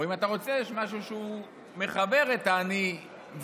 או אם אתה רוצה, יש משהו שהוא מחבר את האני והוא,